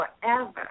forever